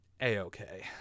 a-okay